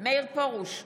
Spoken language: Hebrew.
מאיר פרוש,